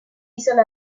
isole